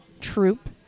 troop